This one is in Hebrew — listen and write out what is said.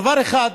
דבר אחד,